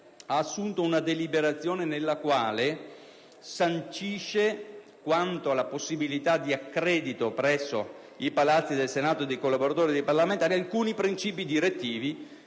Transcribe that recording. ha assunto una deliberazione nella quale sancisce, quanto alla possibilità di accredito presso i Palazzi del Senato dei collaboratori dei parlamentari, alcuni principi direttivi